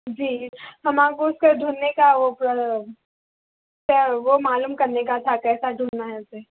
جی ہم آپ کو اس کا ڈھونڈھنے کا وہ اس کا وہ معلوم کرنے کا تھا کیسا ڈھونڈھنا ہے اسے